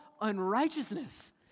unrighteousness